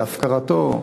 להפקרתו,